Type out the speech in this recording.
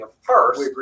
first